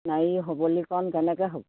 নাৰীৰ সৰলীকৰণ কেনেকৈ হ'ব